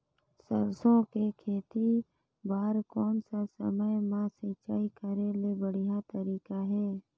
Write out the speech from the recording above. सरसो के खेती बार कोन सा समय मां सिंचाई करे के बढ़िया तारीक हे?